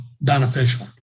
beneficial